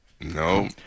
no